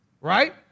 Right